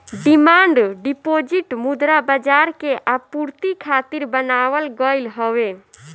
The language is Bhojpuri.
डिमांड डिपोजिट मुद्रा बाजार के आपूर्ति खातिर बनावल गईल हवे